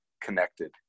connected